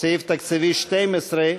תקציבי 12,